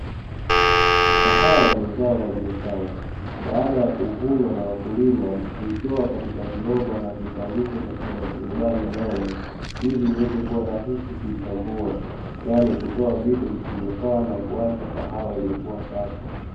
Kahawa ni zao la biashara baada ya kuvunwa na wakulima huitoa katika viroba na kuitandika katika maturubai ya nailoni, ili iweze kuwa rahisi kuichambua yaani kutoa vitu visivyofaa na kuacha kahawa iliyokuwa safi.